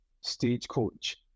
Stagecoach